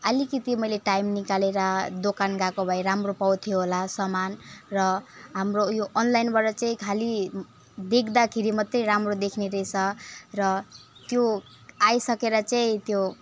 आलिकति मैले टाइम निकालेर दोकान गएको भएँ राम्रो पाउँथे होला सामान र हाम्रो उयो अनलाइनबाट चाहिँ खाली देख्दाखेरि मात्रै राम्रो देख्ने रहेछ र त्यो आइसकेर चाहिँ त्यो